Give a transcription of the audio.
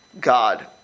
God